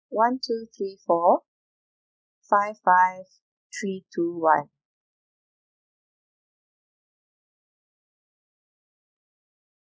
one two three four five five three two one